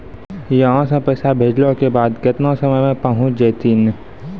यहां सा पैसा भेजलो के बाद केतना समय मे पहुंच जैतीन?